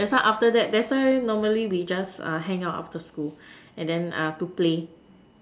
that's why after that that's why normally we just uh hang out after school and then uh to play